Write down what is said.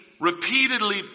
repeatedly